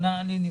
אני נמנע.